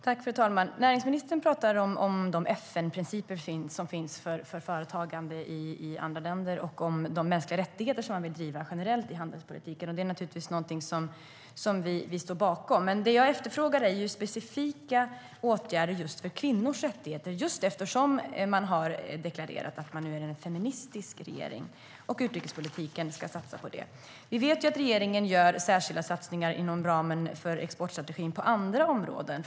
Fru talman! Näringsministern talar om de FN-principer som finns för företagande i andra länder och om de mänskliga rättigheter han vill driva generellt i handelspolitiken. Det står vi givetvis bakom. Men det jag efterfrågar är specifika åtgärder för kvinnors rättigheter eftersom regeringen har deklarerat att man är en feministisk regering och att utrikespolitiken ska satsa på det. Vi vet att regeringen gör särskilda satsningar inom ramen för exportstrategin på andra områden.